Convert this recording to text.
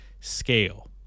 scale